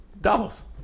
Davos